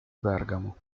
bergamo